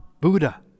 Buddha